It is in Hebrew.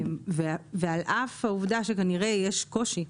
על אף העובדה שכנראה יש קושי,